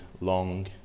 long